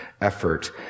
effort